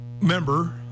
member